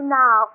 now